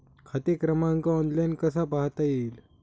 खाते क्रमांक ऑनलाइन कसा पाहता येईल?